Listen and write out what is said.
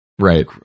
right